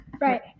Right